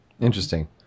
Interesting